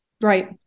Right